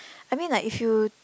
I mean like if you